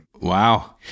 Wow